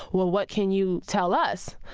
well, what can you tell us,